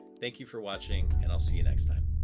thank you for watching and i'll see you next time.